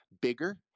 bigger